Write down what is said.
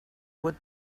would